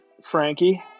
Frankie